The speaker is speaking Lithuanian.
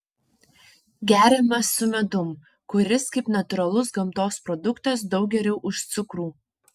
geriamas su medum kuris kaip natūralus gamtos produktas daug geriau už cukrų